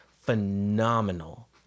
Phenomenal